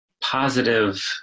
positive